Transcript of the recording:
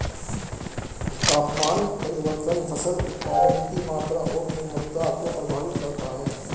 तापमान परिवर्तन फसल उत्पादन की मात्रा और गुणवत्ता को प्रभावित करता है